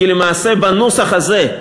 כי למעשה בנוסח הזה,